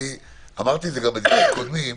ואמרתי את זה גם בדיונים קודמים,